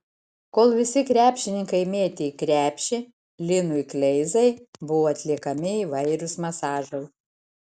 kol visi krepšininkai mėtė į krepšį linui kleizai buvo atliekami įvairūs masažai